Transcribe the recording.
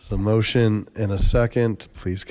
some motion in a second please